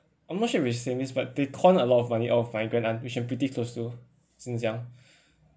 I'm not sure if saying this but they con a lot of money out of my grandaunt which I'm pretty close to since young